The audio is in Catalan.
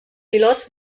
pilots